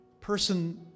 person